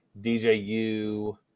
DJU